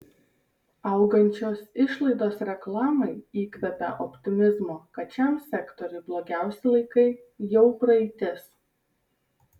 augančios išlaidos reklamai įkvepia optimizmo kad šiam sektoriui blogiausi laikai jau praeitis